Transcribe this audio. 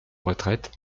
retraite